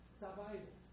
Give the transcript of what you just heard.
survival